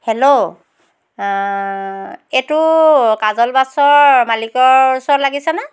hello এইটো কাজল বাছৰ মালিকৰ ওচৰত লাগিছেনে